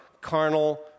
carnal